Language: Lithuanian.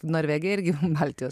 norvegija irgi baltijos